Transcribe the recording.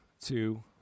two